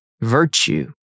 virtue